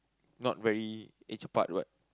not very age apart what